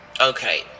Okay